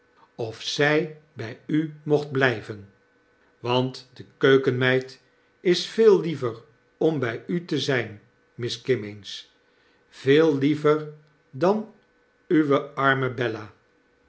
of z y by u mocht blyven want de keukenmeid is veel liever om by u te zyn miss kimmeens veel liever dan uwe arme